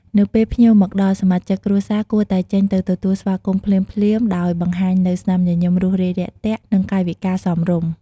នៅពេលភ្ញៀវមកដល់ សមាជិកគ្រួសារគួរតែចេញទៅទទួលស្វាគមន៍ភ្លាមៗ ដោយបង្ហាញនូវ ស្នាមញញឹមរួសរាយរាក់ទាក់ និង កាយវិការសមរម្យ។